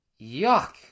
Yuck